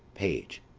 page.